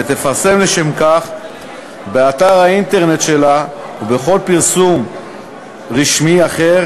ותפרסם לשם כך באתר האינטרנט שלה ובכל פרסום רשמי אחר